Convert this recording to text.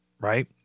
right